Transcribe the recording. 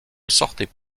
sortaient